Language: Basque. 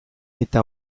eta